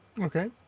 Okay